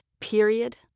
Period